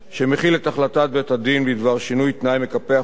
החלטת בית-הדין בדבר שינוי תנאי מקפח או ביטולו